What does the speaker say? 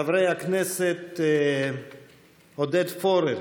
חברי הכנסת עודד פורר,